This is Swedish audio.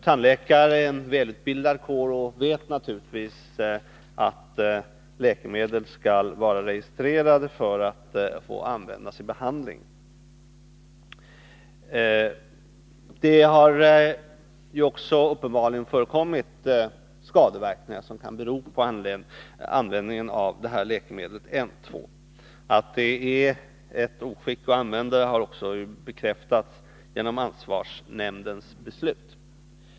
Tandläkarna är en välutbildad kår och vet naturligtvis att läkemedel skall vara registrerade för att få användas i behandling. Det har också uppenbarligen förekommit skadeverkningar, som kan bero på användningen av läkemedlet N-2. Att det är ett oskick att använda det har också bekräftats genom ansvarsnämndens beslut.